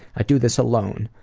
i do this alone.